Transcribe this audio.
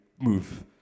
move